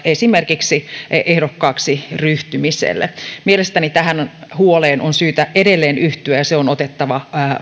esimerkiksi ehdokkaaksi ryhtymiselle mielestäni tähän huoleen on syytä edelleen yhtyä ja se on otettava